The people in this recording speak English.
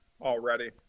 already